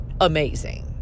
amazing